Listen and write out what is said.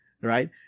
Right